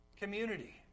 Community